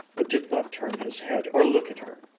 but did not turn his head or look at her.